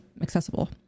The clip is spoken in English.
accessible